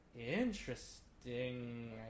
interesting